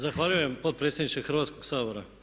Zahvaljujem potpredsjedniče Hrvatskog sabora.